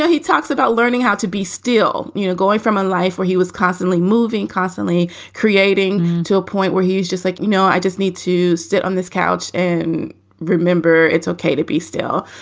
yeah he talks about learning how to be still, you know, going from a life where he was constantly moving, constantly creating to a point where he was just like, you know, i just need to sit on this couch and remember it's ok to be still.